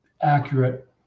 accurate